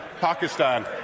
Pakistan